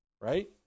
right